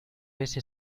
ese